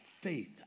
faith